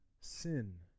sin